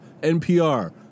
NPR